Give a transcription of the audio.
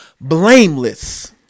blameless